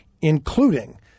including